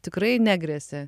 tikrai negresia